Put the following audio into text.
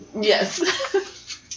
Yes